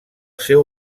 seu